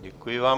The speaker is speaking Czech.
Děkuji vám.